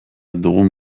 dugun